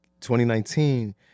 2019